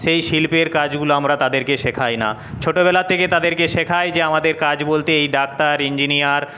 সেই শিল্পের কাজগুলো আমরা তাদেরকে শেখাই না ছোটোবেলা থেকে তাদেরকে শেখাই যে আমাদের কাজ বলতে এই ডাক্তার ইঞ্জিনিয়ার